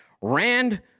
Rand